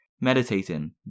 Meditating